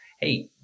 hey